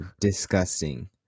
disgusting